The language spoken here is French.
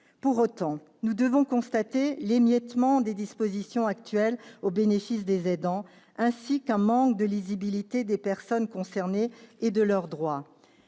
Pour autant, nous devons constater l'émiettement des dispositions actuelles en faveur des aidants, ainsi qu'un manque de lisibilité du champ des personnes concernées et de leurs droits.